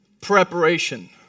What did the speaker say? preparation